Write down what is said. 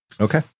Okay